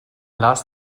las